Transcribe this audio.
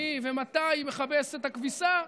מי ומתי מכבס את הכביסה.